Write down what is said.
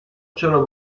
چرا